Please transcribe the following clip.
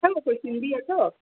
अथव कोई सिंधी अथव